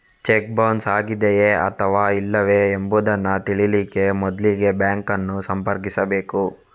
check bounce ಆಗಿದೆಯೇ ಅಥವಾ ಇಲ್ಲವೇ ಎಂಬುದನ್ನ ತಿಳೀಲಿಕ್ಕೆ ಮೊದ್ಲಿಗೆ ಬ್ಯಾಂಕ್ ಅನ್ನು ಸಂಪರ್ಕಿಸ್ಬೇಕು